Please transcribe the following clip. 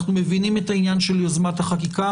אנחנו מבינים את העניין של יוזמת החקיקה,